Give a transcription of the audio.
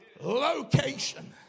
location